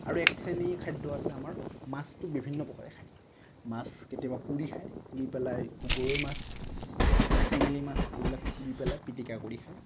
আৰু এক শ্ৰেণীৰ খাদ্য আছে আমাৰ মাছটো বিভিন্ন প্ৰকাৰে খায় মাছ কেতিয়াবা পুৰি খায় পুৰি পেলাই গৰৈমাছ চেঙেলীমাছ এইবিলাক পুৰি পেলাই পিটিকা কৰি খায়